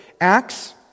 Acts